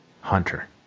Hunter